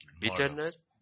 bitterness